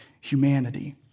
humanity